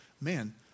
man